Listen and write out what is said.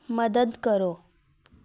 ਮਦਦ ਕਰੋ